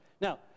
Now